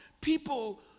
People